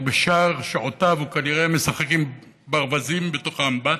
ובשאר שעותיו הוא כנראה משחק עם ברווזים בתוך האמבט.